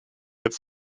its